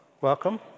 Welcome